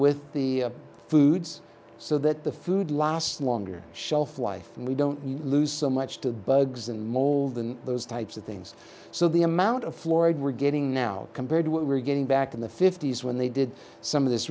with the foods so that the food lasts longer shelf life and we don't lose so much to the bugs and mold and those types of things so the amount of florid we're getting now compared to what we're getting back in the fifty's when they did some of this